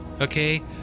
okay